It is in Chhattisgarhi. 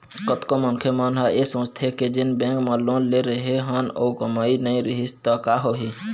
कतको मनखे मन ह ऐ सोचथे के जेन बेंक म लोन ले रेहे हन अउ कमई नइ रिहिस त का होही